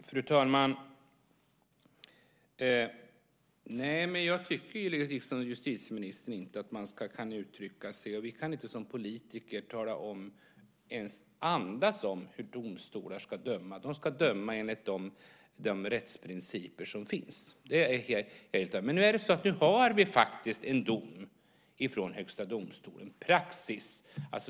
Fru talman! Jag tycker liksom justitieministern inte att man kan uttrycka sig. Vi kan inte som politiker tala om eller ens andas om hur domstolar ska döma. De ska döma enligt de rättsprinciper som finns. Det är helt klart. Nu har vi faktiskt en dom från Högsta domstolen, en praxis.